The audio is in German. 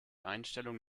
einstellung